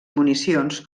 municions